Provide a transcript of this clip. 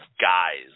guys